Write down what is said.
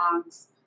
songs